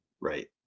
Right